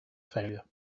failure